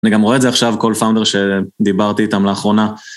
אני גם רואה את זה עכשיו כל פאונדר שדיברתי איתם לאחרונה.